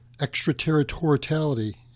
extraterritoriality